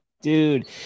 Dude